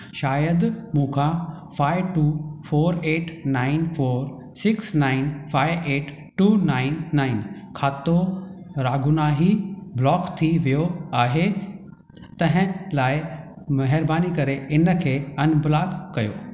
शायद मूंखां five two four eight nine four six nine five eight two nine nine खातो राहगुनाई block थी वियो आहे तंहिं लाइ महिरबानी करे इनखे अनब्लॉक कयो